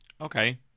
Okay